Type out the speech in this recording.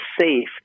safe